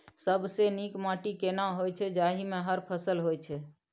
सबसे नीक माटी केना होय छै, जाहि मे हर फसल होय छै?